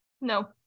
No